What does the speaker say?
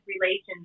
relations